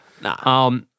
Nah